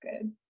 good